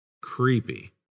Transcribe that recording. creepy